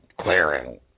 clearing